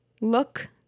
Look